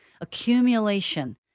accumulation